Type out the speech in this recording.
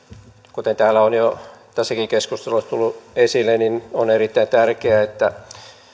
kuten täällä on jo tässäkin keskustelussa tullut esille niin on erittäin tärkeää että